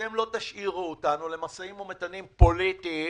אתם לא תשאירו אותנו למשאים ומתנים פוליטיים: